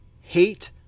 hate